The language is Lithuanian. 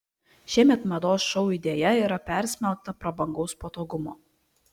šiemet mados šou idėja yra persmelkta prabangaus patogumo